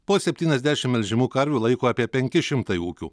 po septyniasdešim melžiamų karvių laiko apie penki šimtai ūkių